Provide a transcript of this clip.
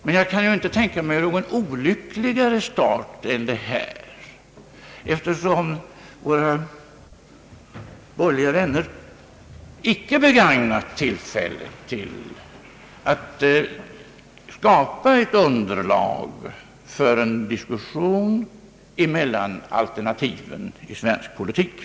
Men jag kan inte tänka mig någon olyckligare start än det här, eftersom våra borgerliga vänner inte har begagnat tillfället att skapa ett underlag för en diskussion om alternativen i svensk politik.